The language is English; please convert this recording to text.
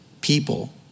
people